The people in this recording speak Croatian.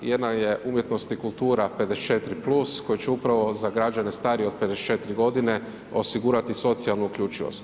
Jedno je umjetnost i kultura 54+ koji će upravo za građane starije od 54 godine osigurati socijalnu uključivost.